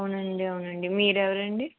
అవునండి అవునండి మీరెవరండి